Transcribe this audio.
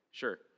Sure